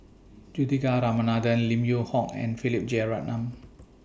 Juthika Ramanathan Lim Yew Hock and Philip Jeyaretnam